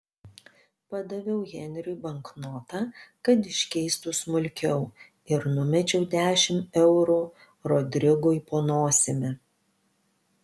padaviau henriui banknotą kad iškeistų smulkiau ir numečiau dešimt eurų rodrigui po nosimi